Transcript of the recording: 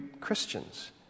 Christians